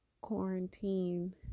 quarantine